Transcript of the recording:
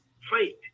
fight